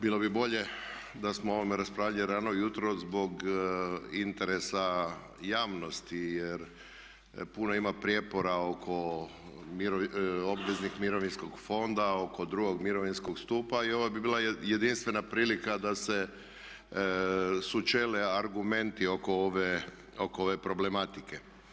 Bilo bi bolje da smo o ovome raspravljali rano jutros zbog interesa javnosti, jer puno ima prijepora oko obveznih mirovinskog fonda, oko drugog mirovinskog stupa i ovo bi bila jedinstvena prilika da se sučele argumenti oko ove problematike.